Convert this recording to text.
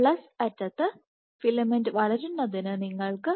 plus അറ്റത്തു filament വളരുന്നതിന് നിങ്ങൾക്ക് 0